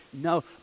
no